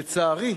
לצערי,